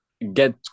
get